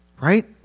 Right